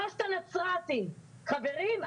שלושת הנצרתים - חברים,